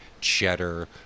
cheddar